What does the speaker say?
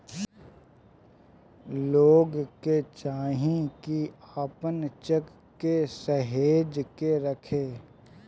लोग के चाही की आपन चेक के सहेज के रखे